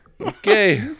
okay